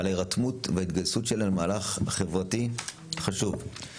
על ההירתמות וההתגייסות שלהם למהלך חברתי חשוב.